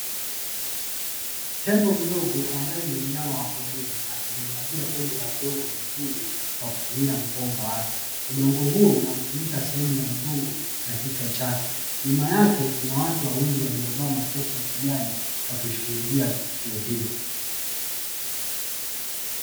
Tembo mdogo ambaye ni mnyama wa porini, akijimwagia vumbi la udongo mwekundu kwa kutumia mkonga wake, udongo huo unamfunika sehemu ya mgongo na kichwa chake, nyuma yake kuna watu wawili waliovaa makoti ya kijani wakishuhudia tukio hilo.